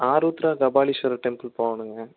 Arudra Kapaleeswarar temple போகணுங்க